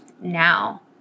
now